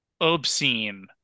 obscene